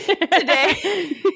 today